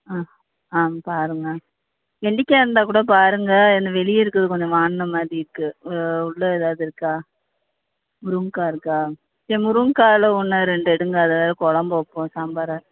ஆ ஆ பாருங்க வெண்டைக்கா இருந்தால் கூட பாருங்க ஏன்னால் வெளியே இருக்கிறது கொஞ்சம் வாடின மாதிரி இருக்குது உள்ளே ஏதாவது இருக்கா முருங்கைக்கா இருக்கா சரி முருங்கைக்கால ஒன்று ரெண்டு எடுங்க அதில் கொழம்பு வைப்போம் சாப்பாரை